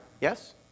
yes